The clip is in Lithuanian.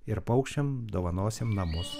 ir paukščiam dovanosim namus